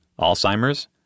Alzheimer's